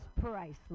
priceless